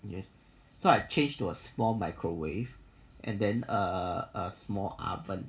yes so I change to a small microwave and then a small oven